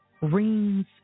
rings